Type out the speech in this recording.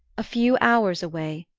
a few hours away,